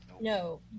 no